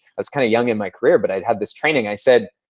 i was kinda young in my career but i have this training. i said,